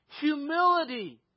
Humility